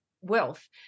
wealth